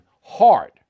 hard